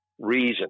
reason